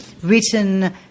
written